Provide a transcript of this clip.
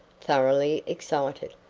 thoroughly excited.